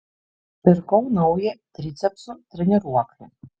pirkau naują tricepsų treniruoklį